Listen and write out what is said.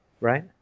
right